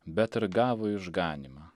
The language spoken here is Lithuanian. bet ir gavo išganymą